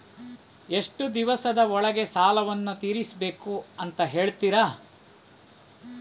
ಎಷ್ಟು ದಿವಸದ ಒಳಗೆ ಸಾಲವನ್ನು ತೀರಿಸ್ಬೇಕು ಅಂತ ಹೇಳ್ತಿರಾ?